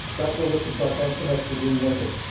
dr. lichtenfeld, thanks so much for being with us.